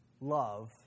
love